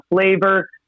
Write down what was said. flavor